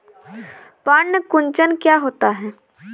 पर्ण कुंचन क्या होता है?